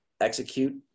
execute